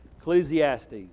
Ecclesiastes